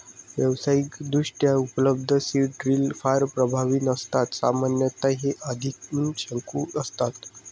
व्यावसायिकदृष्ट्या उपलब्ध seed drill फार प्रभावी नसतात सामान्यतः हे आदिम शंकू असतात